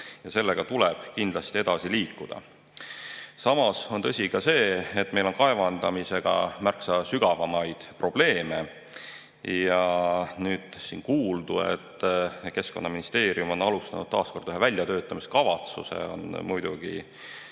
on. Sellega tuleb kindlasti edasi liikuda. Samas on tõsi ka see, et meil on kaevandamisega märksa sügavamaid probleeme. Siin kuuldu, et Keskkonnaministeerium on algatanud taas kord ühe väljatöötamiskavatsuse, on muidugi